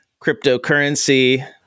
cryptocurrency